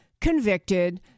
convicted